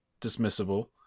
dismissible